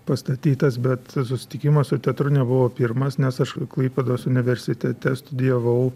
pastatytas bet susitikimas su teatru nebuvo pirmas nes aš klaipėdos universitete studijavau